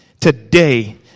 today